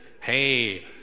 hey